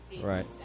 Right